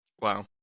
Wow